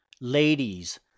Ladies